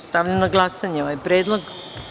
Stavljam na glasanje ovaj predlog.